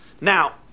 now